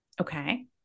Okay